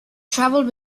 travelled